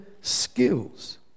skills